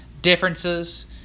differences